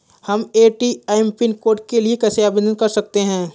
हम ATM pin code के लिए कैसे आवेदन कर सकते हैं?